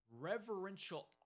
reverential